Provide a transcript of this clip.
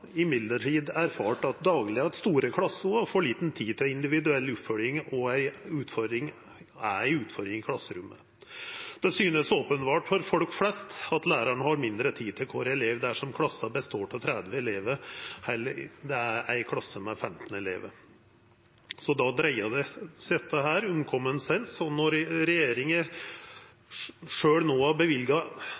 erfart dagleg at store klasser og for lita tid til individuell oppfølging er ei utfordring i klasserommet. Det synest openbert for folk flest at læraren har mindre tid til kvar elev dersom klassa består av 30 elevar, enn han har i ei klasse med 15. Då dreier dette seg om «common sense». Når regjeringa sjølv no har